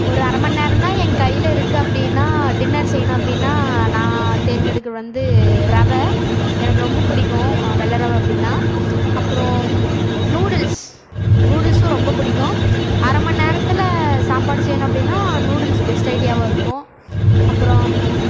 ஒரு அரை மணி நேரம் தான் என் கையில் இருக்குது அப்படின்னா டின்னர் செய்யணும் அப்படின்னா நான் தேர்தெடுக்கிறது வந்து ரவை எனக்கு ரொம்ப பிடிக்கும் வெள்ளை ரவை அப்படின்னா அப்புறம் நூடுல்ஸ் நூடுல்ஸும் ரொம்ப பிடிக்கும் அரை மணி நேரத்தில் சாப்பாடு செய்யணும் அப்படின்னா நூடுல்ஸ் பெஸ்ட் ஐடியாவாக இருக்கும் அப்புறம்